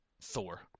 Thor